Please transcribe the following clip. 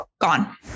gone